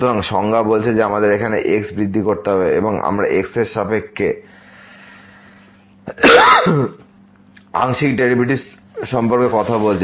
সুতরাং সংজ্ঞা বলেছে যে আমাদের এখানে x বৃদ্ধি করতে হবে কারণ আমরা x এর সাপেক্ষে আংশিক ডেরিভেটিভ সম্পর্কে কথা বলছি